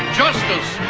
justice